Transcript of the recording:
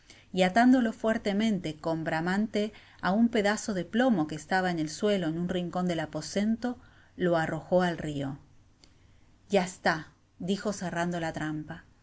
y atándolo fuertemente con bramante á un pedazo de plomo que eslah'a en el suelo en un rincon del aposento lo arrojo al río y está dijo cerrando la trampasi